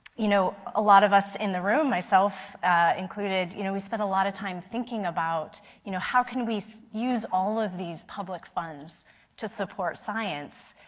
you know, a lot of us in the room, myself included, you know we spend a lot of time thinking about you know, how can we use all of these public funds to support science?